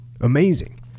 amazing